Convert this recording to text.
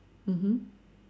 mmhmm